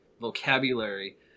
vocabulary